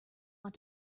want